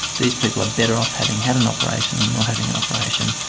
these people are better off having had an operation than not having an operation.